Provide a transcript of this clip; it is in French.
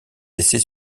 essais